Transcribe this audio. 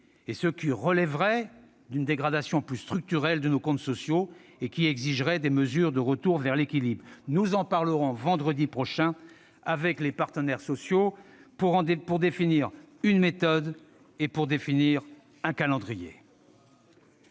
ce qui relèverait d'une dégradation plus structurelle de nos comptes sociaux exigerait des mesures de retour vers l'équilibre. « Nous en discuterons vendredi avec les partenaires sociaux pour définir une méthode et un calendrier.